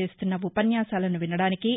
చేస్తున్న ఉపన్యాసాలను వినడానికి